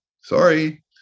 Sorry